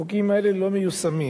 החוקים האלה לא מיושמים.